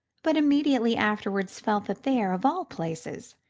but immediately afterward felt that there, of all places,